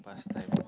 pass time